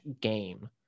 game